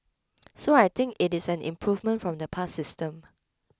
so I think it is an improvement from the past system